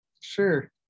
Sure